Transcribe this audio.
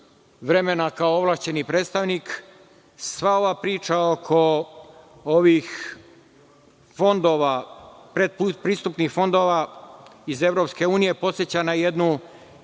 vremena kao ovlašćeni predstavnik, sva ova priča oko ovih predpristupnih fondova iz EU podseća na jednu